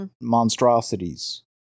monstrosities